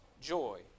joy